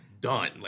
done